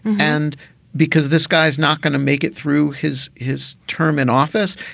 and because this guy's not going to make it through his his term in office.